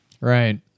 Right